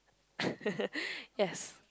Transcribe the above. yes